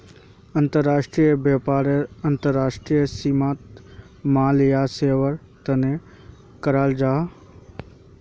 अंतर्राष्ट्रीय व्यापार अंतर्राष्ट्रीय सीमात माल या सेवार तने कराल जाहा